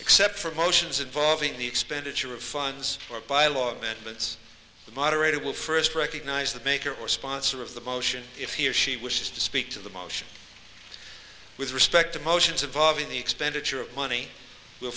except for motions involving the expenditure of funds or by law that means the moderator will first recognize the maker or sponsor of the motion if he or she wishes to speak to the motion with respect to motions evolving the expenditure of money will